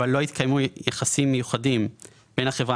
לא התקיימו יחסים מיוחדים בין החברה